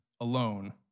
alone